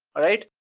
alright?